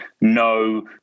No